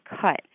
cut